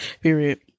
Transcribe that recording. Period